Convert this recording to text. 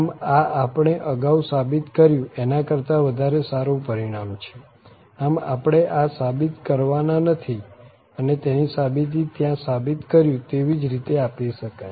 આમ આ આપણે અગાઉ સાબિત કર્યું એના કરતા વધારે સારું પરિણામ છે આમ આપણે આ સાબિત કરવાના નથી અને તેની સાબિતી ત્યાં સાબિત કર્યું તેવી જ રીતે આપી શકાય